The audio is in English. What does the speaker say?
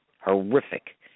horrific